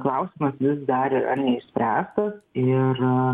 klausimas vis dar neišspręstas ir